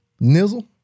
Nizzle